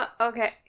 okay